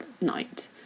night